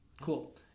cool